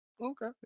Okay